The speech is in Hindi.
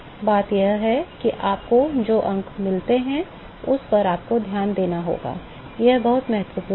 बात यह है कि आपको जो अंक मिलते हैं उस पर आपको ध्यान देना होगा यह बहुत महत्वपूर्ण है